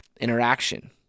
interaction